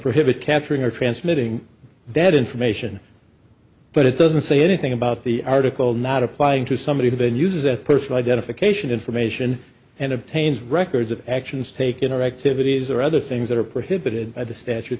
prohibit capturing or transmitting that information but it doesn't say anything about the article not applying to somebody been used as a personal identification information and obtains records of actions taken or activities or other things that are prohibited by the statute